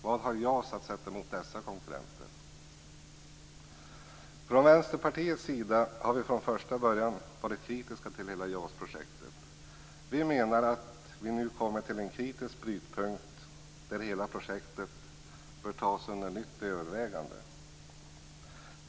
Vad har JAS att sätta emot dessa konkurrenter? Från Vänsterpartiets sida har vi från första början varit kritiska till hela JAS-projektet. Vi menar att vi nu kommit till en kritisk brytpunkt där hela projektet bör tas under nytt övervägande.